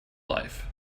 life